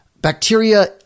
bacteria